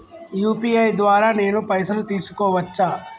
UPI ద్వారా నేను పైసలు తీసుకోవచ్చా?